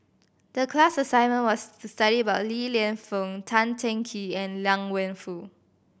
the class assignment was to study about Li Lienfung Tan Teng Kee and Liang Wenfu